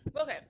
Okay